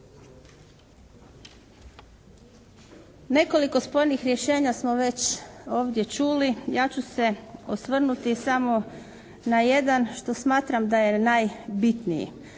Nekoliko spornih rješenja smo već ovdje čuli. Ja ću se osvrnuti samo na jedan što smatram da je najbitniji.